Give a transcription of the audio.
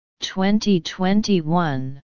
2021